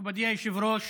מכובדי היושב-ראש,